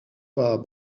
pas